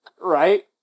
Right